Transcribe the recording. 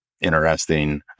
interesting